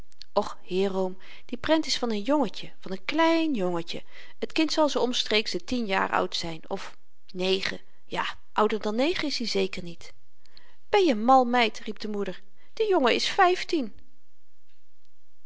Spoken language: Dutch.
och heeroom die prent is van n jongetje van n klein jongetje t kind zal zoo omstreeks de tien jaar oud zyn of negen ja ouder dan negen is-i zeker niet ben je mal meid riep de moeder de jongen is vyftien